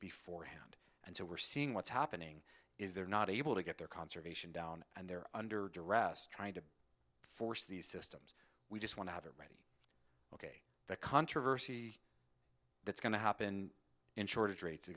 before hand and so we're seeing what's happening is they're not able to get their conservation down and they're under duress trying to force these systems we just want to have it ready the controversy that's going to happen in shortage rates are